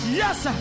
yes